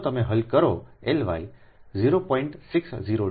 જો તમે હલ કરો L y 0